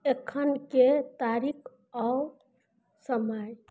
एखनके तारीक आओर समय